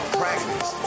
practice